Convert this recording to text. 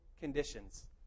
conditions